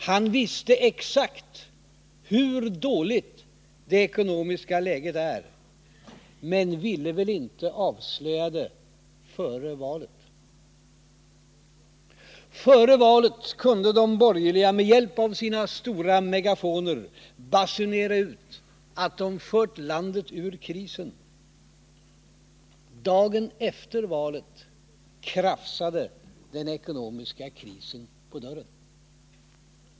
Han visste exakt hur dåligt det ekonomiska läget är, men ville väl inte avslöja det inför valet.” Före valet kunde de borgerliga partierna med hjälp av sina stora megafoner basunera ut att de fört landet ur krisen. Dagen efter valet krafsade den ekonomiska krisen på dörren.